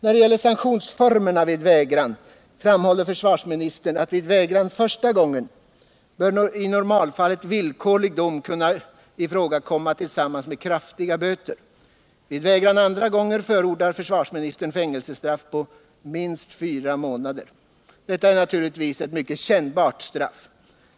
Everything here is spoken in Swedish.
När det gäller sanktionsformerna vid vägran framhåller försvarsministern att vid vägran första gången bör i normalfallet villkorlig dom kunna ifrågakomma tillsammans med kraftiga böter. Vid vägran andra gången förordar försvarsministern fängelsestraff på minst fyra månader. Detta är naturligtvis ett mycket kännbart straff.